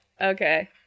Okay